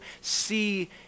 see